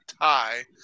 tie